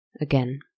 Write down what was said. again